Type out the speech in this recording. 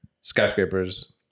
skyscrapers